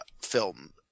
film